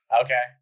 Okay